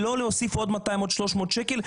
לא להוסיף עוד 200,300 שקל.